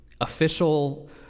official